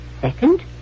Second